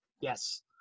yes